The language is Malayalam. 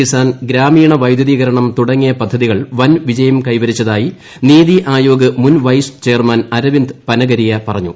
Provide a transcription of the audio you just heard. കിസാൻ ഗ്രാമീണ വൈദ്യുതീകരണം തുടങ്ങിയ പദ്ധതികൾ വൻ വിജയം കൈവരിച്ചതായി നീതി ആയോഗ് മുൻ vice chairman Arvind Panagariya പറഞ്ഞു